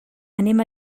anem